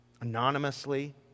anonymously